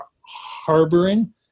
harboring